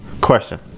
question